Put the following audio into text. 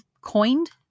coined